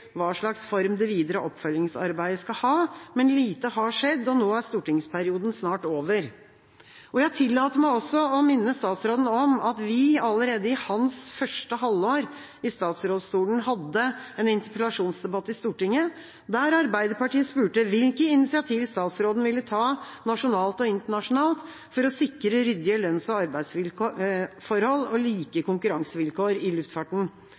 hva slags form det videre oppfølgingsarbeidet skal ha, men lite har skjedd, og nå er stortingsperioden snart over. Jeg tillater meg også å minne statsråden om at vi allerede i hans første halvår i statsrådsstolen hadde en interpellasjonsdebatt i Stortinget der Arbeiderpartiet spurte hvilke initiativ statsråden ville ta nasjonalt og internasjonalt for å sikre ryddige lønns- og arbeidsforhold og like konkurransevilkår i luftfarten.